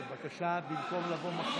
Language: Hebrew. זה במקום לבוא מחר.